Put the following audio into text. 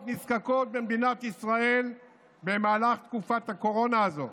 נזקקות במדינת ישראל במהלך תקופת הקורונה הזאת.